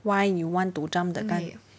why you want to jump the gun